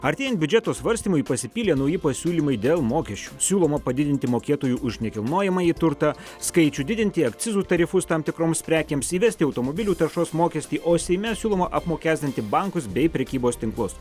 artėjant biudžeto svarstymui pasipylė nauji pasiūlymai dėl mokesčių siūloma padidinti mokėtojų už nekilnojamąjį turtą skaičių didinti akcizų tarifus tam tikroms prekėms įvesti automobilių taršos mokestį o seime siūloma apmokestinti bankus bei prekybos tinklus